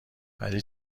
ولی